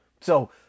So